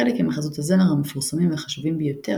חלק ממחזות הזמר המפורסמים והחשובים ביותר